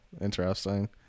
Interesting